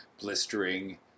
blistering